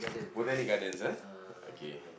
Botanic Gardens ah okay